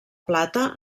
plata